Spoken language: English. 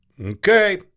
Okay